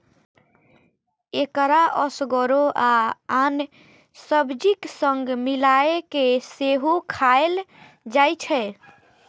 एकरा एसगरो आ आन सब्जीक संग मिलाय कें सेहो खाएल जाइ छै